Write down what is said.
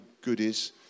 goodies